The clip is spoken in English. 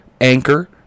Anchor